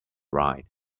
ride